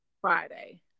Friday